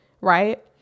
right